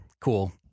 cool